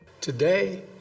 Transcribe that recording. Today